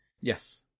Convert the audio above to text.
Yes